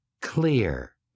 clear